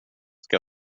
ska